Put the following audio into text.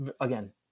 again